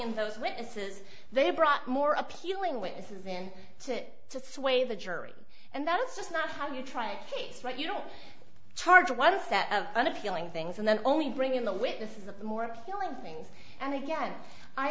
in those witnesses they brought more appealing witnesses in to it to sway the jury and that's just not how you try cases right you don't charge one set of unappealing things and then only bring in the witnesses of the more appealing things and again i